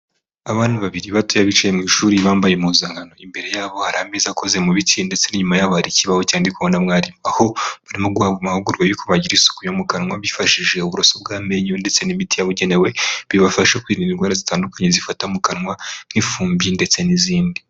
Abana babiri batoya bicaye mu ishuri bambaye impuzankano, imbere yabo hari ameza akoze mu biti ndetse n'inyuma yabo hari ikibaho cyandikwaho na mwarimu. Aho barimo guhabwa amahugurwa yuko bagira isuku yo mu kanwa bifashishije uburoso bw'amenyo ndetse n'imiti yabugenewe, bibafasha kwirinda indwara zitandukanye zifata mu kanwa nk'ifumbi ndetse n'izindi.